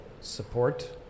support